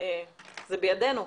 זה בידינו.